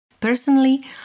Personally